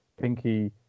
Pinky